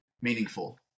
meaningful